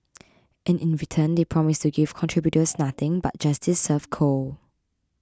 and in return they promise to give contributors nothing but justice served cold